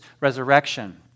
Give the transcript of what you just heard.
resurrection